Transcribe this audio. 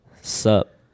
Sup